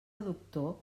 doctor